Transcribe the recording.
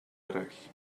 eraill